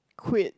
quit